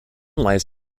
lies